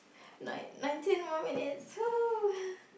nine nineteen more minutes !woohoo!